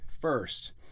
first